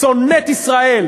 זה שוליים.